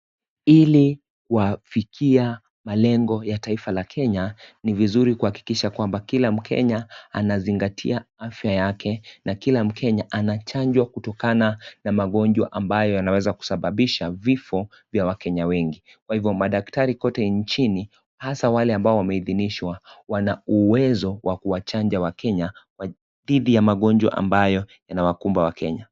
Hili kuafikia malengo ya taifa la kenya , ni vizuri kuhakikisha kwamba kila mkenya anazingatia afya yake na na kila mkenya anachanjwa kutokana na magonjwa ambayo yanaweza kusababisha vifo vya wakenya wengi. Kwa hivyo, madaktari wote kote nchini hasa wale ambao wamehidhinishwa wana uwezo wa kuwachanja wakenya dhidi ya mangonjwa ambayo yanawakumba wakenya.